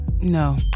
No